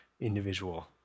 individual